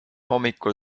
hommikul